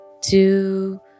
two